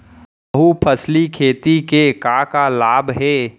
बहुफसली खेती के का का लाभ हे?